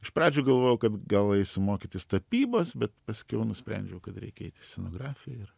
iš pradžių galvojau kad gal eisiu mokytis tapybos bet paskiau nusprendžiau kad reikia eit scenografiją ir